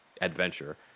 adventure